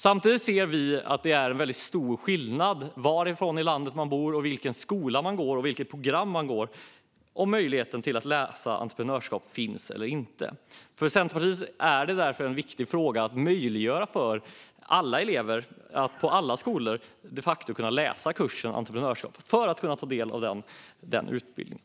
Samtidigt ser vi stora skillnader när det gäller möjligheten att läsa entreprenörskap beroende på var i landet man bor, vilken skola man går i och vilket program man läser. För Centerpartiet är det därför en viktig fråga att möjliggöra för alla elever på alla skolor att läsa entreprenörskap och kunna ta del av den utbildningen.